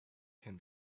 can